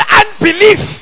unbelief